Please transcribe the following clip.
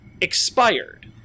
expired